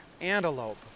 antelope